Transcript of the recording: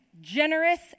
generous